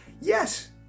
yes